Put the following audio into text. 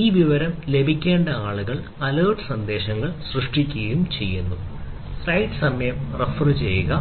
ഈ വിവരം ലഭിക്കേണ്ട ആളുകൾക്ക് അലേർട്ട് സന്ദേശങ്ങൾ സൃഷ്ടിക്കുക